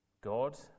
God